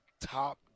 top